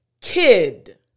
kid